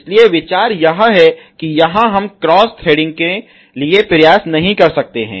इसलिए विचार यह है कि यहां हम क्रॉस थ्रेडिंग के लिए प्रयास नहीं कर सकते हैं